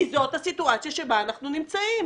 וזאת הסיטואציה שבה אנחנו נמצאים,